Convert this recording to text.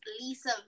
Lisa